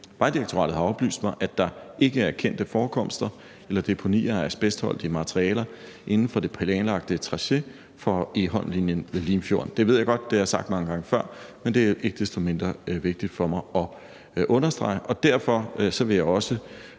Vejdirektoratet har oplyst mig, at der ikke er kendte forekomster eller deponier af asbestholdige materialer inden for det planlagte tracé for Egholmlinjen ved Limfjorden. Det ved jeg godt at jeg har sagt mange gange før, men det er ikke desto mindre vigtigt for mig at understrege, og derfor vil jeg også